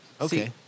Okay